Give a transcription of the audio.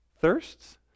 thirsts